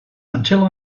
until